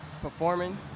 performing